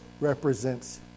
represents